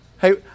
Hey